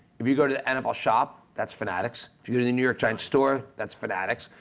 if you go to the nfl shop, that's fanatics, if you to the new york giants store that's fanatics,